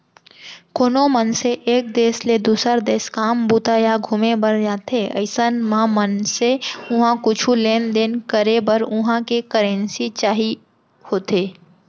कोनो मनसे एक देस ले दुसर देस काम बूता या घुमे बर जाथे अइसन म मनसे उहाँ कुछु लेन देन करे बर उहां के करेंसी चाही होथे